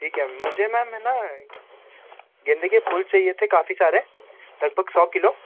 ठीक है मुझे मैम है ना गेंदे के फूल चाहिए थे काफ़ी सारे लगभग सौ किलो